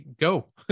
go